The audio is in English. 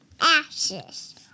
Ashes